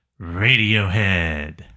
Radiohead